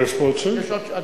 יש פה עוד שאילתא.